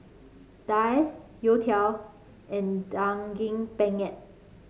daal youtiao and Daging Penyet